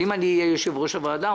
אם אהיה יושב-ראש הוועדה.